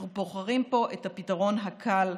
אנחנו בוחרים פה את הפתרון הקל,